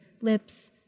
lips